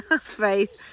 faith